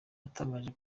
yatangaje